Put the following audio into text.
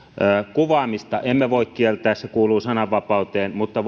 kuvaamista emme voi kieltää se kuuluu sananvapauteen mutta